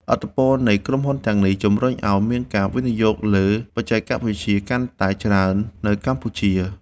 ឥទ្ធិពលនៃក្រុមហ៊ុនទាំងនេះ ជំរុញឱ្យមានការវិនិយោគលើបច្ចេកវិទ្យាកាន់តែច្រើននៅកម្ពុជា។